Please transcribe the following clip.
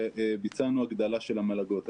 וביצענו הגדלה של המלגות.